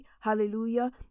Hallelujah